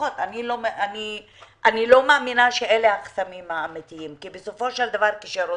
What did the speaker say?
אני לא מאמינה שאלה החסמים האמיתיים, כי כשרוצים,